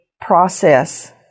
process